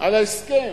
על ההסכם,